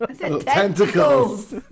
Tentacles